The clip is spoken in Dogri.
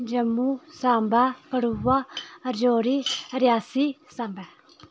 जम्मू सांबा कठुआ राजौरी रियासी सांबा